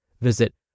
Visit